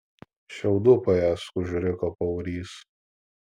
šiaudų paėsk užriko paurys